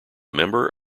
member